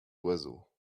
oiseaux